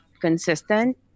consistent